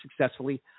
Successfully